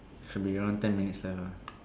should be around ten minutes left ah